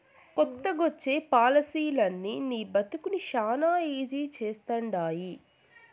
కొత్తగొచ్చే పాలసీలనీ నీ బతుకుని శానా ఈజీ చేస్తండాయి